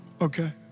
Okay